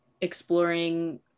exploring